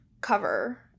cover